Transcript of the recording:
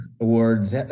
awards